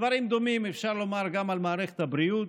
דברים דומים אפשר לומר גם על מערכת הבריאות.